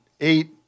eight